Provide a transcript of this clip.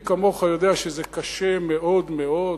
ומי כמוך יודע שזה קשה מאוד מאוד,